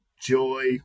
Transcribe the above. joy